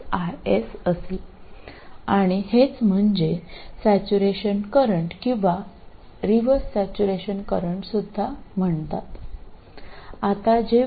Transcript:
യഥാർത്ഥത്തിൽ ഇതാണ് ISനെ സാച്ചുറേഷൻ കറന്റ് അല്ലെങ്കിൽ റിവേഴ്സ് സാച്ചുറേഷൻ കറന്റ് എന്ന് വിളിക്കുന്നതിന്റെ കാരണം